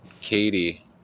Katie